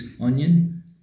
onion